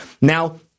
Now